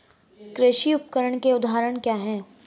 कृषि उपकरण के उदाहरण क्या हैं?